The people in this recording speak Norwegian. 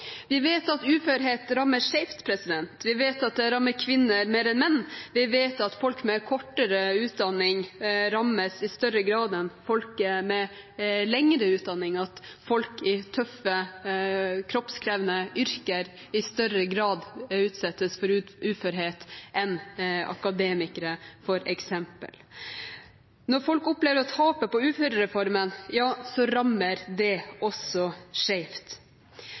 rammer kvinner mer enn menn, vi vet at folk med kortere utdanning rammes i større grad enn folk med lengre utdanning, og at folk i tøffe kroppskrevende yrker i større grad utsettes for uførhet enn akademikere f.eks. Når folk opplever å tape på uførereformen – ja, så rammer det også